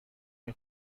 این